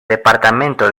departamento